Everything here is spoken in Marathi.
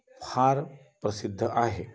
फार प्रसिद्ध आहे